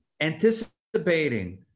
anticipating